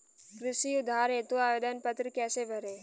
कृषि उधार हेतु आवेदन पत्र कैसे भरें?